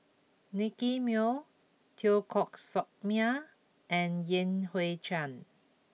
Nicky Moey Teo Koh Sock Miang and Yan Hui Chang